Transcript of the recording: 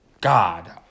god